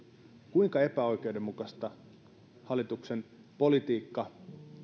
kuinka epäoikeudenmukaista hallituksen politiikka